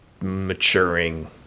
maturing